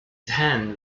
then